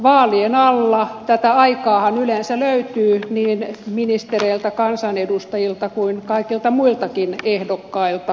vaalien alla tätä aikaahan yleensä löytyy niin ministereiltä kansanedustajilta kuin kaikilta muiltakin ehdokkailta